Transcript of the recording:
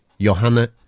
Johanna